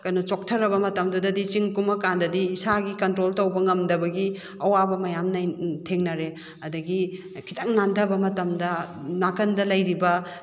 ꯀꯩꯅꯣ ꯆꯣꯛꯊꯔꯕ ꯃꯇꯝꯗꯨꯗꯒꯤ ꯆꯤꯡ ꯀꯨꯝꯃꯛꯀꯥꯟꯗꯗꯤ ꯏꯁꯥꯒꯤ ꯀꯟꯇ꯭ꯔꯣꯜ ꯇꯧꯕ ꯉꯝꯗꯕꯒꯤ ꯑꯋꯥꯕ ꯃꯌꯥꯝ ꯊꯦꯡꯅꯔꯛꯑꯦ ꯑꯗꯒꯤ ꯈꯤꯇꯪ ꯅꯥꯟꯊꯕ ꯃꯇꯝꯗ ꯅꯥꯀꯟꯗ ꯂꯩꯔꯤꯕ